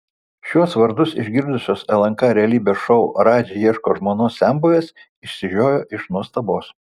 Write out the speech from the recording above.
šiuos vardus išgirdusios lnk realybės šou radži ieško žmonos senbuvės išsižiojo iš nuostabos